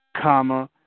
comma